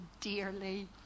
dearly